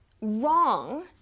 wrong